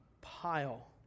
pile